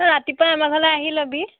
তই ৰাতিপুৱাই আমাৰ ঘৰলৈ আহি ল'বি